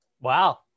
Wow